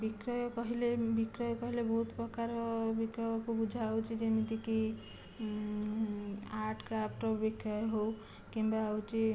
ବିକ୍ରୟ କହିଲେ ବିକ୍ରୟ କହିଲେ ବହୁତ ପ୍ରକାରର ବିକ୍ରୟକୁ ବୁଝା ହେଉଛି ଯେମିତିକି ଆର୍ଟ କ୍ରାଫ୍ଟର ବିକ୍ରୟ ହେଉ କିମ୍ବା ହେଉଛି